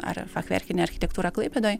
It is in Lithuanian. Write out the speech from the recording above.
ar fachverkinė architektūra klaipėdoj